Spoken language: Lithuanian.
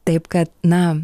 taip kad na